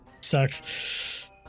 sucks